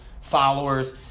followers